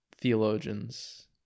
theologians